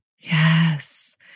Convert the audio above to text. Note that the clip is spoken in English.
Yes